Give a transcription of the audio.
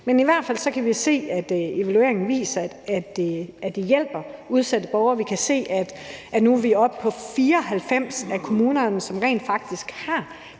Men i hvert fald kan vi se, at evalueringen viser, at det hjælper udsatte borgere. Vi kan se, at vi nu er oppe på, at 94 af kommunerne rent faktisk har